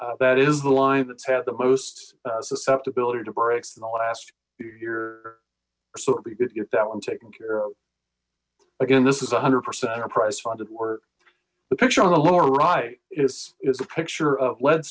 that is the line that's had the most susceptibility to breaks in the last year or so it'd be good to get that one taken care of again this is one hundred percent enterprise funded work the picture on the lower right is is a picture of le